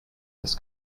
this